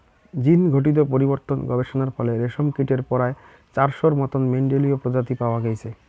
জীনঘটিত পরিবর্তন গবেষণার ফলে রেশমকীটের পরায় চারশোর মতন মেন্ডেলীয় প্রজাতি পাওয়া গেইচে